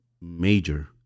major